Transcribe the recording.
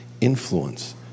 influence